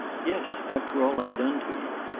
yes after all i've done to you!